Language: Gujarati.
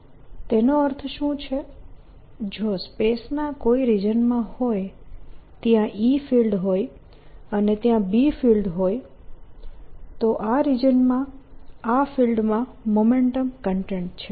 Momentum DensityM vL3Sc2 તેનો અર્થ શું છે જો સ્પેસ ના કોઈ રિજન માં હોય ત્યાં E ફિલ્ડ હોય અને ત્યાં B ફિલ્ડ હોય તો આ રિજનમાં આ ફિલ્ડમાં મોમેન્ટમ કન્ટેન્ટ છે